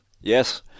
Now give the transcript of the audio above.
Yes